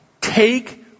take